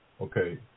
Okay